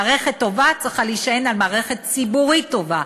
מערכת טובה צריכה להישען על מערכת ציבורית טובה.